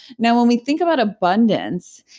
now when we think about abundance,